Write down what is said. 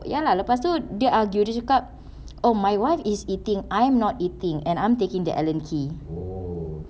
ya lah lepas tu dia argued dia cakap oh my wife is eating I'm not eating and I'm taking the allen key